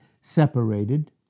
separated